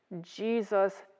Jesus